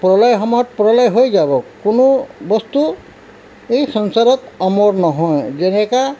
প্ৰলয় সময়ত প্ৰলয় হৈ যাব কোনো বস্তু এই সংসাৰত অমৰ নহয় যেনেকৈ